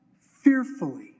fearfully